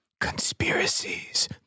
Conspiracies